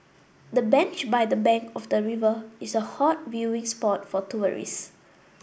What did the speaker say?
the bench by the bank of the river is a hot viewing spot for tourists